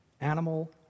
animal